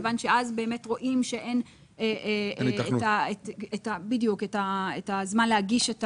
כיוון שאז באמת רואים שאין את הזמן להגיש את